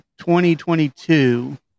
2022